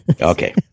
Okay